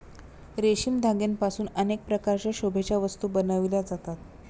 रेशमी धाग्यांपासून अनेक प्रकारच्या शोभेच्या वस्तू बनविल्या जातात